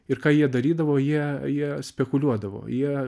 ir ką jie darydavo jie jie spekuliuodavo jie